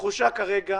התחושה כרגע